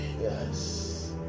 Yes